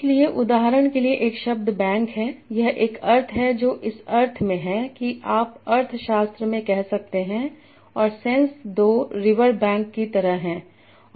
इसलिए उदाहरण के लिए एक शब्द बैंक है यह एक अर्थ है जो इस अर्थ में है कि आप अर्थ शास्त्र में कह सकते हैं और सेंस २ रिवर बैंक की तरह है